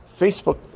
facebook